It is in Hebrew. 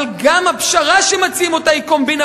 אבל גם הפשרה שמציעים אותה היא קומבינה,